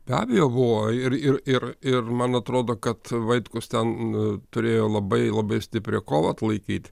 be abejo buvo ir ir ir ir man atrodo kad vaitkus ten turėjo labai labai stiprią kovą atlaikyti